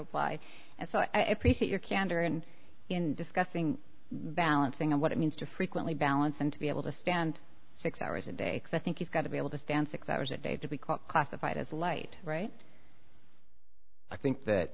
as i appreciate your candor and in discussing balancing and what it means to frequently balance and to be able to stand six hours a day i think you've got to be able to stand six hours a day to be called classified as light right i think that